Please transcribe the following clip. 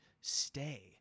stay